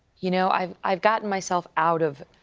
you know i've i've gotten myself out of